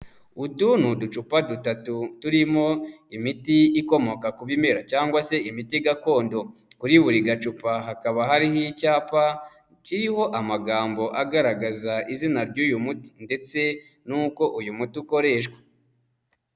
Utu ni uducupa dutatu turimo imiti ikomoka ku bimera cyangwa se imiti gakondo, kuri buri gacupa hakaba hariho icyapa kiriho amagambo agaragaza izina ry'uyu muti ndetse n'uko uyu muti ukoreshwa.